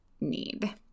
need